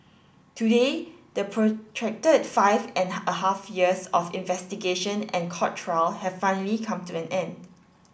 today the protracted five and a half years of investigation and court trial have finally come to an end